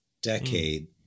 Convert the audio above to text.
decade